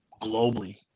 globally